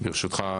ברשותך,